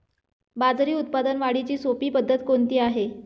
बाजरी उत्पादन वाढीची सोपी पद्धत कोणती आहे?